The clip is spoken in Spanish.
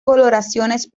coloraciones